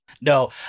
No